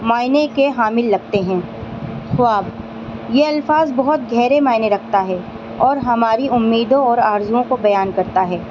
معنی کے حامل لگتے ہیں خواب یہ الفاظ بہت گہرے معنی رکھتا ہے اور ہماری امیدوں اور آرزوؤں کو بیان کرتا ہے